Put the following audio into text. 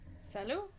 Salut